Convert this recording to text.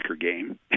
game